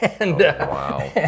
Wow